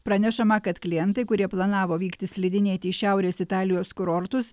pranešama kad klientai kurie planavo vykti slidinėti į šiaurės italijos kurortus